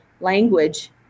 language